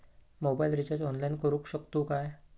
Mobile recharge online करुक शकतू काय?